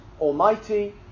almighty